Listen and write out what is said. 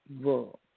world